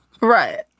Right